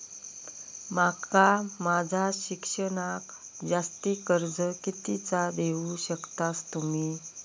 माका माझा शिक्षणाक जास्ती कर्ज कितीचा देऊ शकतास तुम्ही?